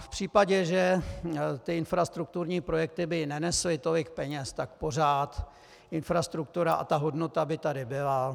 V případě, že by infrastrukturní projekty nenesly tolik peněz, tak pořád infrastruktura a ta hodnota by tady byla.